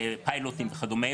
פיילוטים וכדומה.